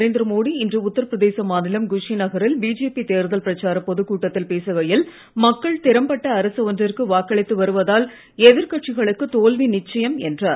நரேந்திர மோடி இன்று உத்தரப்பிரதேச மாநிலம் குஷிநகரில் பிஜேபி தேர்தல் பிரச்சாரப் பொதுக்கூட்டத்தில் பேசுகையில் மக்கள் திறம்பட்ட அரசு ஒன்றுக்கு வாக்களித்து வருவதால் எதிர் கட்சிகளுக்கு தோல்வி நிச்சயம் என்றார்